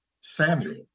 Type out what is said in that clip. Samuel